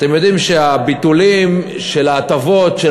אתם יודעים שהביטולים של ההטבות של